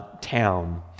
town